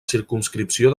circumscripció